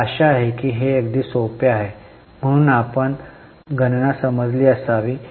मला आशा आहे की हे अगदी सोपे आहे म्हणून आपण गणना समजली असती